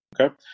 Okay